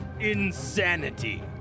Insanity